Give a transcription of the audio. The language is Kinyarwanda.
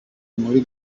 muri